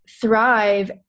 thrive